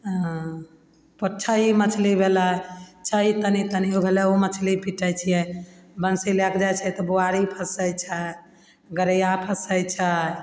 छही मछली भेलय छही तनी तनी होलय ओ मछली पीटय छियै बंसी लए कऽ जाय छै तऽ बुआरी फँसय छै गरैया फँसय छै